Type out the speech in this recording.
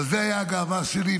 ועל זה הייתה הגאווה שלי,